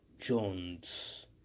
Jones